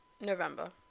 November